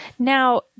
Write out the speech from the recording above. Now